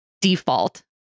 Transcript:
default